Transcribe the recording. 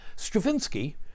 Stravinsky